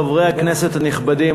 חברי הכנסת הנכבדים,